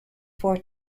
four